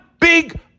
big